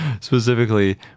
specifically